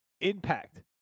impact